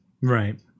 Right